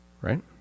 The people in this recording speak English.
right